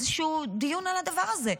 דיון על הדבר הזה.